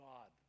God